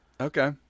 okay